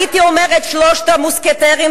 הייתי אומרת "שלושת המוסקטרים",